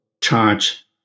charge